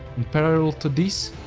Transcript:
in parallel to this,